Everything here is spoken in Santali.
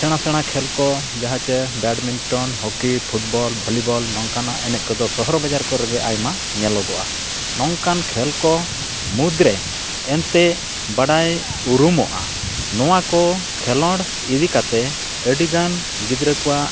ᱥᱮᱬᱟ ᱥᱮᱬᱟ ᱠᱷᱮᱞ ᱠᱚ ᱡᱟᱦᱟᱸ ᱪᱮ badminton hockey football volleyball ᱱᱚᱝᱠᱟᱱᱟᱜ ᱮᱱᱮᱡ ᱠᱚᱫᱚ ᱥᱚᱦᱚᱨ ᱵᱟᱡᱟᱨ ᱠᱚᱨᱮᱜ ᱜᱮ ᱟᱭᱢᱟ ᱧᱮᱞᱚᱜᱚᱜᱼᱟ ᱱᱚᱝᱠᱟᱱ ᱠᱷᱮᱞ ᱠᱚ ᱢᱩᱫᱽᱨᱮ ᱮᱱᱛᱮᱫ ᱵᱟᱰᱟᱭ ᱩᱢᱩᱨᱚᱜᱼᱟ ᱱᱚᱣᱟ ᱠᱚ ᱠᱷᱮᱞᱳᱰ ᱤᱫᱤ ᱠᱟᱛᱮᱫ ᱟᱹᱰᱤ ᱜᱟᱱ ᱜᱤᱫᱽᱨᱟᱹ ᱠᱚᱣᱟᱜ